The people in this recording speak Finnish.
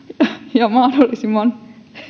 ja mahdollisimman